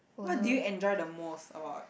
what do you enjoy the most about